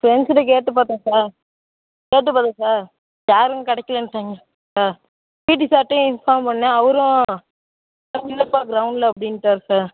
ஃப்ரெண்ட்ஸுகிட்ட கேட்டு பார்த்தேன் சார் கேட்டு பார்த்தேன் சார் யாருமே கிடைக்கலன்ட்டாங்க சார் பீட்டி சார்கிட்டையும் இன்ஃபார்ம் பண்ணுணேன் அவரும் இல்லைப்பா கிரௌண்ட்டில் அப்படின்ட்டாரு சார்